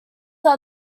are